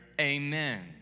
amen